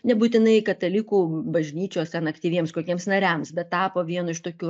nebūtinai katalikų bažnyčios aktyviems kokiems nariams bet tapo vienu iš tokių